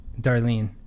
Darlene